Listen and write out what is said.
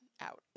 out